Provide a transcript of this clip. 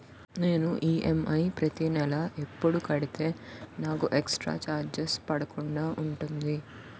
నేను ఈ.ఎం.ఐ ప్రతి నెల ఎపుడు కడితే నాకు ఎక్స్ స్త్ర చార్జెస్ పడకుండా ఉంటుంది?